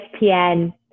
ESPN